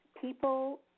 people